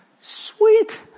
Sweet